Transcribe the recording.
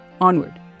Onward